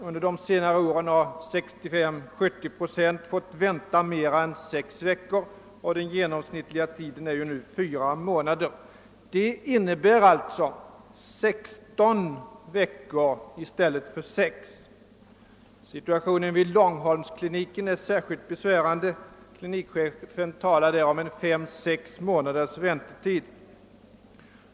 Under senare år har 65—70 procent av fallen fått vänta mera än sex veckor, och den genomsnittliga väntetiden är nu fyra månader. Det innebär alltså sexton veckors väntan i stället för de föreskrivna sex veckorna. Situationen i Långholmskliniken är särskilt be svärande. Klinikchefen där talar om fem till sex månaders väntetid.